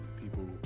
people